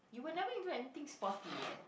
you were never into anything sporty eh